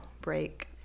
break